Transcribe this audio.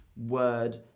word